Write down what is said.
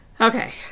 Okay